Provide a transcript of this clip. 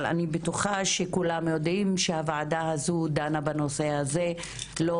אבל אני בטוחה שכולם יודעים שהוועדה הזו דנה בנושא הזה לא